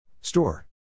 Store